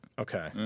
Okay